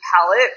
palette